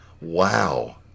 Wow